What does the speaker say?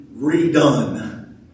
redone